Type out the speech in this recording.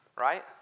right